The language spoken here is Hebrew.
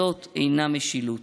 זאת אינה משילות.